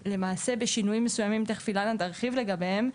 בשינויים מסוימים ותכף אילנה תרחיב לגביהם,